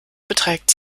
beträgt